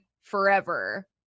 forever